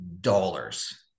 dollars